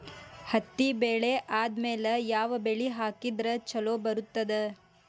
ಹತ್ತಿ ಬೆಳೆ ಆದ್ಮೇಲ ಯಾವ ಬೆಳಿ ಹಾಕಿದ್ರ ಛಲೋ ಬರುತ್ತದೆ?